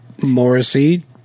Morrissey